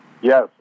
Yes